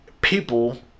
people